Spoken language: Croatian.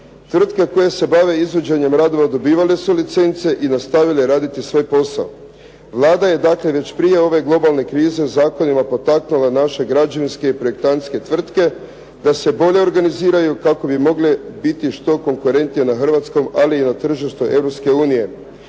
Tvrtke koje se bave izvođenjem radova dobivale su licence i nastavile raditi svoj posao. Vlada je dakle, već prije ove globalne krize zakonima potaknula naše građevinske i projektantske tvrtke da se bolje organiziraju kako bi mogle biti što konkurentnije na hrvatskom, ali i na tržištu